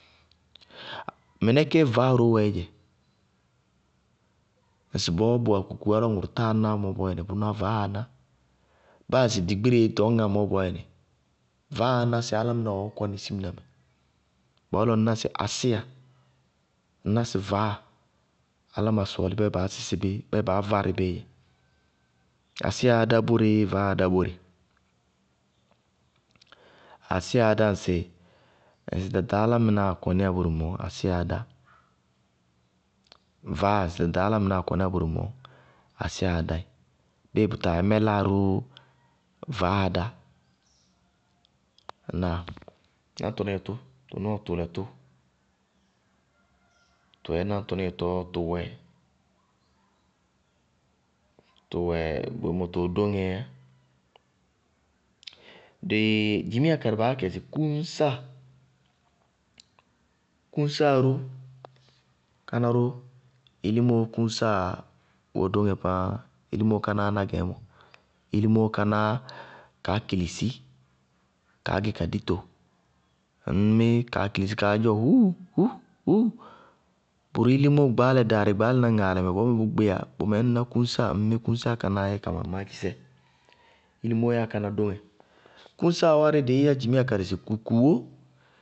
Mɩnɛ kéé vaáa ró wɛɛ dzɛ. Ŋsɩbɔɔ bʋwɛ akukuwá lɔ ŋʋrʋ táa ná mɔ bʋnáá vaáa ná. Báa ŋsɩ ɖigbireé ɖɔñŋá mɔɔ bɔɔyɛnɩ, vaáaá ná sɩ álámɩná wɛ ɔɔ kɔní simina mɛ. Bɔɔlɔ ŋñná sɩ asíya, ŋñná sɩ vaáa, álámɩná sɔɔlí bá yɛ baá sísɩ bí, bá yɛ baá várɩ bíí dzɛ. Asíyaá dá boréé, vaáaá dá bóre. Asíya ŋsɩ ɖaɖa álámɩnáa kɔníya bóre mɛ mɔɔ, ásiyáá dá, vaáa ŋsɩ ɖaɖa álámɩnás kɔníya bóre mɛ mɔɔ ásiyáá dá ɩ. Bíɩ bʋ taa yɛ mɛláa róó, vaáaá dá. Ŋnáa? Náŋtɔnɩŋɛɛ tʋ, tʋ nɔɔ tʋʋlɛ tʋ tɔyɛ náŋtɔnɩŋɛ tɔɔ tʋwɛ boémɔ, tʋwɛ dóŋɛɛyá. Dɩ dzimiya karɩ wɛ kaá yá kɛ sɩ kúñsáa, káná ró, ilimóó kúñsá wɛ dóŋɛ páá, ilimóó kánáá ná gɛɛmɔ, ilimóó kánáá kaá kilisi kaá gɛ ka dito. Ŋñ mí kaá kilisi kaá dzɔ huúu huúu huúu! Bʋrʋ ilimó gbaálɛ daarɩ, gbaálaná ŋaalɛ bɔɔ mɛɛ bʋ gbíyá bʋmɛɛ ŋñ mí kúñsáa kaá yɛ ka maamáási sɛ, ilimó yáa káná dóŋɛ. Kúñsáa wárí dɩí yá dzimiya karɩ sɩ kukuwá.